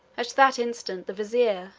at that instant the vizier,